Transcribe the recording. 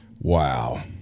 wow